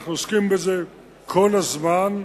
אנחנו עוסקים בזה כל הזמן.